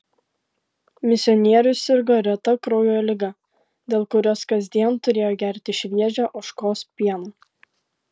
misionierius sirgo reta kraujo liga dėl kurios kasdien turėjo gerti šviežią ožkos pieną